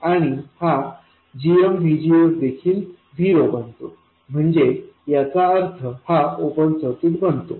आणि हा gmVGS देखील झिरो बनतो म्हणजे याचा अर्थ हा ओपन सर्किट बनतो